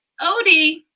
Odie